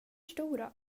stora